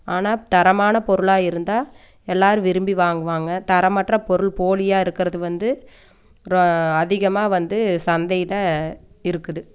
ஆனால் தரமான பொருளாக இருந்தால் எல்லாரும் விரும்பி வாங்குவாங்க தரமற்ற பொருள் போலியாக இருக்கறது வந்து அதிகமாக வந்து சந்தையில இருக்குது